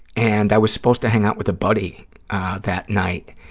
and i was supposed to hang out with a buddy that night,